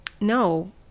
no